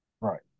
right